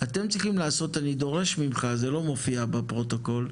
אתם צריכים, אני דורש ממך, זה לא מופיע בפרוטוקול,